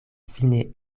fine